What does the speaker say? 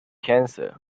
cancer